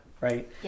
Right